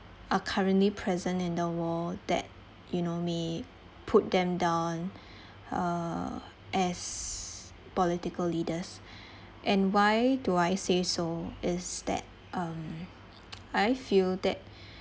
are currently present in the world that you know may put them down uh as political leaders and why do I say so is that um I feel that